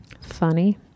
funny